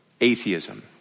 atheism